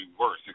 worse